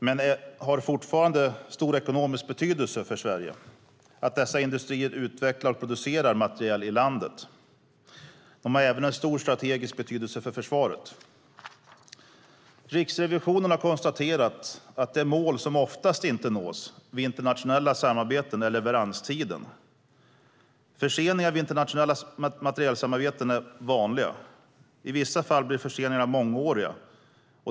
Men fortfarande har det stor ekonomisk betydelse för Sverige att dessa industrier utvecklar och producerar materiel i landet. De har även stor strategisk betydelse för försvaret. Riksrevisionen har konstaterat att det mål som oftast inte nås vid internationella samarbeten är leveranstiden. Förseningar vid internationella materielsamarbeten är vanliga. I vissa fall blir förseningarna mångåriga.